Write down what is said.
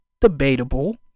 debatable